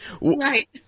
right